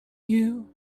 you